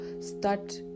start